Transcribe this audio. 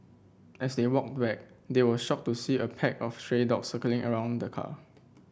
as they walked back they were shocked to see a pack of stray dogs circling around the car